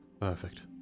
Perfect